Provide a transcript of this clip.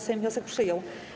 Sejm wniosek przyjął.